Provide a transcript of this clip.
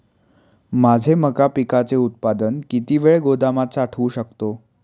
माझे मका पिकाचे उत्पादन किती वेळ गोदामात साठवू शकतो?